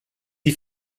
die